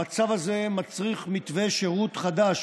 המצב הזה מצריך מתווה שירות חדש,